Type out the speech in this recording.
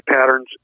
patterns